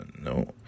No